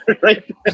right